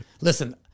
Listen